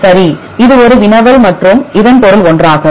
சரி இது ஒரு வினவல் மற்றும் இது பொருள் ஒன்றாகும்